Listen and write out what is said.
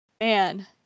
man